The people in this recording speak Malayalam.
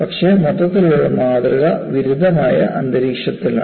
പക്ഷേ മൊത്തത്തിലുള്ള മാതൃക വിരുദ്ധമായ അന്തരീക്ഷത്തിലാണ്